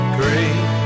great